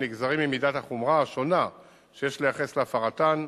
הנגזרים ממידת החומרה השונה שיש לייחס להפרתן,